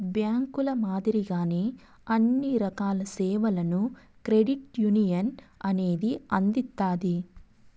బ్యాంకుల మాదిరిగానే అన్ని రకాల సేవలను క్రెడిట్ యునియన్ అనేది అందిత్తాది